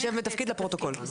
שם ותפקיד לפרוטוקול.